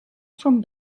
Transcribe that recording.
from